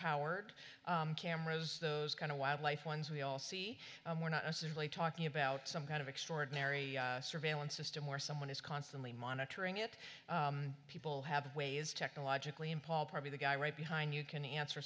powered cameras those kind of wildlife ones we all see we're not necessarily talking about some kind of extraordinary surveillance system where someone is constantly monitoring it people have ways technologically and paul probably the guy right behind you can answer